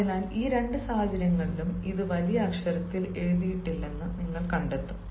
അതിനാൽ ഈ രണ്ട് സാഹചര്യങ്ങളിലും ഇത് വലിയ അക്ഷരത്തിൽ എഴുതിയിട്ടില്ലെന്ന് നിങ്ങൾ കണ്ടെത്തും